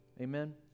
Amen